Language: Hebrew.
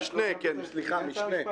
אני חושב